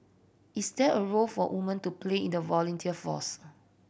is there a role for woman to play in the volunteer force